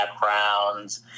backgrounds